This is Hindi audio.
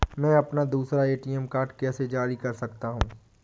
मैं अपना दूसरा ए.टी.एम कार्ड कैसे जारी कर सकता हूँ?